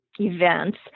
events